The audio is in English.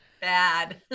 bad